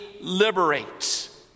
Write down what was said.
liberates